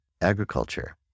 agriculture